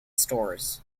stores